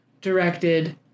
directed